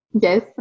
Yes